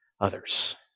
others